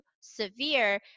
severe